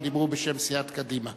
שדיברו בשם סיעת קדימה.